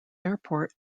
airport